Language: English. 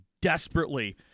desperately